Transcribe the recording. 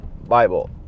Bible